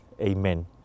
Amen